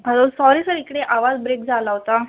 hello sorry sir इकडे आवाज break झाला होता